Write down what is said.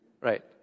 Right